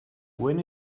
when